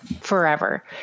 forever